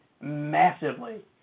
massively